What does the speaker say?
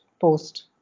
post